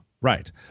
Right